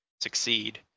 succeed